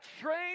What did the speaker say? train